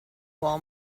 all